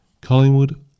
Collingwood